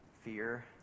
fear